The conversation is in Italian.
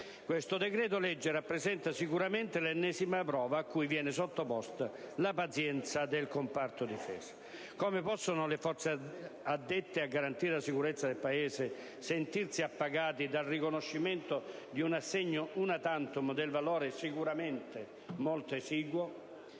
Questo decreto-legge rappresenta sicuramente l'ennesima prova cui viene sottoposta la pazienza del comparto Difesa. Come possono le Forze addette a garantire la sicurezza del Paese sentirsi appagate dal riconoscimento di un assegno *una tantum*, di valore sicuramente molto esiguo?